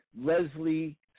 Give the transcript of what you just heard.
Leslie